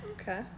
Okay